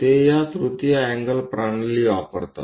ते या तृतीय अँगल प्रणाली वापरतात